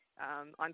on